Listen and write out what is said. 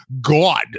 god